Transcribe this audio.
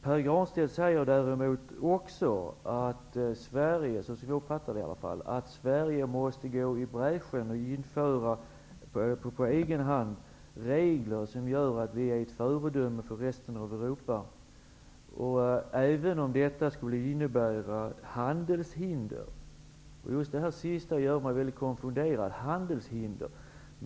Pär Granstedt säger däremot också, som jag uppfattade honom, att Sverige måste gå i bräschen och på egen hand införa regler som gör oss till ett föredöme för resten av Europa, även om detta skulle innebära handelshinder. Just detta sista gör mig konfunderad.